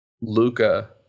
Luca